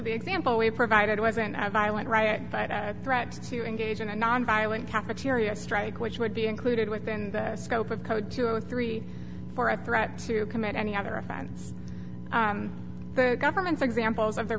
the example we've provided wasn't as violent right but as a threat to engage in a nonviolent cafeteria strike which would be included within the scope of code two and three for a threat to commit any other offense the government's examples of the